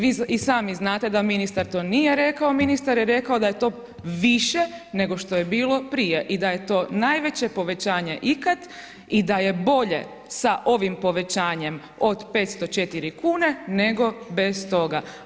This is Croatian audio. Vi i sami znate da ministar to nije rekao, ministar je rekao da je to više nego što je bilo prije i da je to najveće povećanje ikad i da je bolje sa ovim povećanjem od 504 kune nego bez toga.